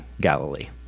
Galilee